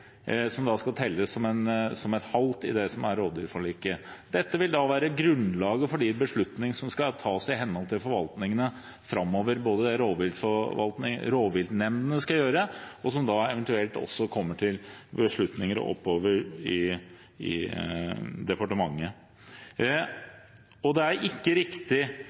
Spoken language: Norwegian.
som da skal telles som et halvt etter det som er rovdyrforliket. Dette vil være grunnlaget for de beslutningene som skal tas i henhold til forvaltningene framover, både det som rovviltnemndene skal gjøre, og for det som eventuelt kommer til beslutning i departementet. Det er ikke riktig